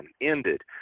ended